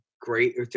great